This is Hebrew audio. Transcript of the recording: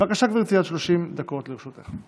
בבקשה, גברתי, עד 30 דקות לרשותך.